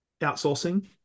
outsourcing